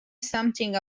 something